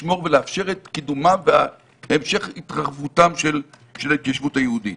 לשמור ולאפשר את קידומה והמשך התרחבותה של ההתיישבות היהודית.